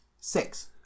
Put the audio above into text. six